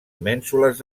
mènsules